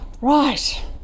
Right